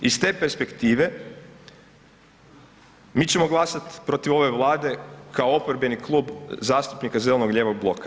Iz te perspektive mi ćemo glasat protiv ove vlade kao oporbeni Klub zastupnika Zeleno-lijevog bloka.